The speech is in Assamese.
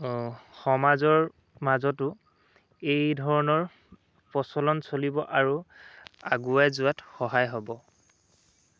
সমাজৰ মাজতো এই ধৰণৰ প্ৰচলন চলিব আৰু আগুৱাই যোৱাত সহায় হ'ব